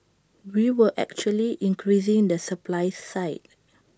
we were actually increasing the supply side